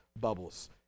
bubbles